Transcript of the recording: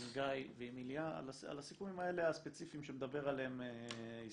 עם גיא ועם איליה על הסיכומים הספציפיים האלה שמדבר עליהם עיסאווי,